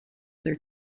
their